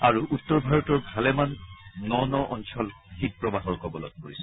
আৰু উত্তৰ ভাৰতৰ ভালেমান ন ন অঞ্চল শীত প্ৰবাহৰ কবলত পৰিছে